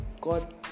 God